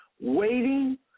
waiting